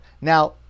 Now